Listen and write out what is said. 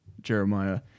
Jeremiah